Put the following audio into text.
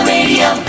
Radio